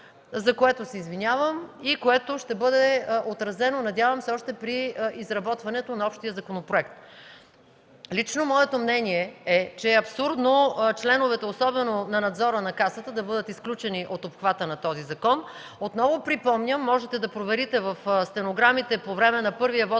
за което се извинявам и което ще бъде отразено, надявам се, още при изработването на общия законопроект. Лично моето мнение е, че е абсурдно членовете, особено на Надзора на Касата, да бъдат изключени от обхвата на този закон. Отново припомням, можете да проверите в стенограмите по време на първия вот